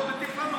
ועוד מטיף לנו.